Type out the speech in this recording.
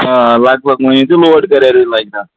آ لگ بگ مٲنِو تُہۍ لوڈ کَریرٕے لگہِ تَتھ